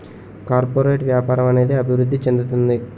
corporate వ్యాపారం అనేది అభివృద్ధి చెందుతుంది